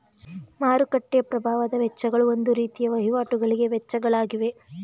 ಮಾರುಕಟ್ಟೆಯ ಪ್ರಭಾವದ ವೆಚ್ಚಗಳು ಒಂದು ರೀತಿಯ ವಹಿವಾಟಿಗಳಿಗೆ ವೆಚ್ಚಗಳ ಆಗಿವೆ